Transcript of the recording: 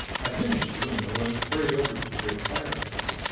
i finished the window, and hurried over to the great fireplace.